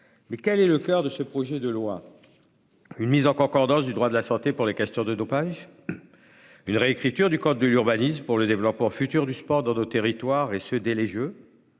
Quel est le coeur de ce projet de loi ? Une mise en concordance du droit de la santé pour les questions de dopage ? Une réécriture du code de l'urbanisme en faveur du développement du sport dans nos territoires, dès les Jeux ?